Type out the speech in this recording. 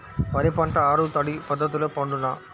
వరి పంట ఆరు తడి పద్ధతిలో పండునా?